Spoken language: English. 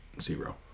zero